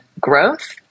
growth